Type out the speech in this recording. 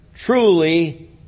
Truly